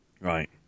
Right